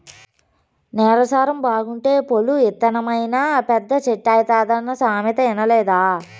నేల సారం బాగుంటే పొల్లు ఇత్తనమైనా పెద్ద చెట్టైతాదన్న సామెత ఇనలేదా